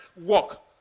walk